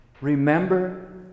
remember